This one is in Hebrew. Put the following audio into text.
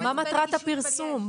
אבל מה מטרת הפרסום?